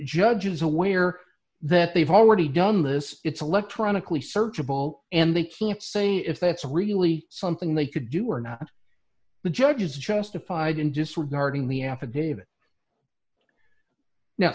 judge is aware that they've already done this it's electronically searchable and they can't say if that's really something they could do or not the judge is justified in disregarding the affidavit now